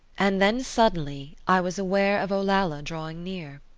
and then suddenly i was aware of olalla drawing near.